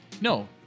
No